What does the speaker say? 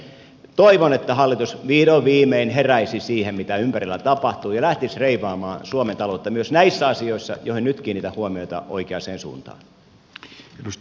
toivon että hallitus vihdoin viimein heräisi siihen mitä ympärillä tapahtuu ja lähtisi reivaamaan suomen taloutta myös näissä asioissa joihin nyt kiinnitän huomiota oikeaan suuntaan